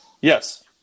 Yes